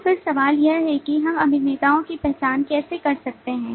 तो फिर सवाल यह है कि हम अभिनेताओं की पहचान कैसे कर सकते हैं